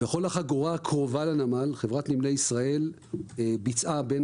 בכל החגורה הקרובה לנמל חברת נמלי ישראל ביצעה בין